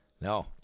No